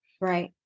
right